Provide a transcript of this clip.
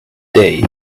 day